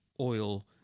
oil